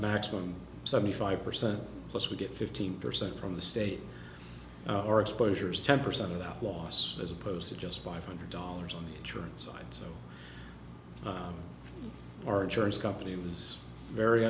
maximum seventy five percent plus we get fifteen percent from the state or exposures ten percent of that was as opposed to just five hundred dollars on the train side so our insurance company was very